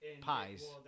pies